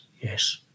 yes